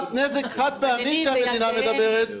לעומת נזק חד-פעמי שהמדינה מדברת,